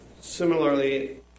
similarly